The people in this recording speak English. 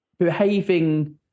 Behaving